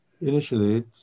initially